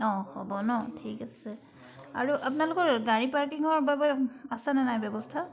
অঁ হ'ব ন ঠিক আছে আৰু আপোনালোকৰ গাড়ী পাৰ্কিঙৰ বাবে আছেনে নাই ব্যৱস্থা